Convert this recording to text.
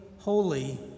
holy